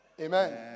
Amen